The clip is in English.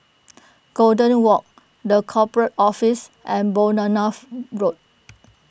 Golden Walk the Corporate Office and Bournemouth Road